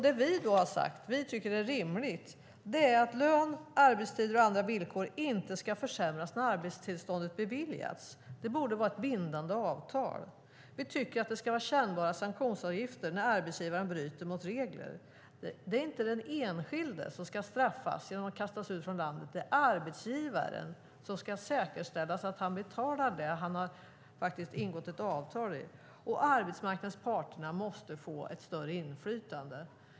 Det vi har sagt och det vi tycker är rimligt är att lön, arbetstider och andra villkor inte ska försämras när arbetstillståndet har beviljats. Det borde vara ett bindande avtal. Vi tycker att det ska vara kännbara sanktionsavgifter när arbetsgivaren bryter mot regler. Det är inte den enskilde som ska straffas genom att kastas ut från landet. Det är arbetsgivaren som ska säkerställa att han betalar det han faktiskt har ingått ett avtal om. Och arbetsmarknadens parter måste få ett större inflytande.